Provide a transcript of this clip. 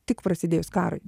tik prasidėjus karui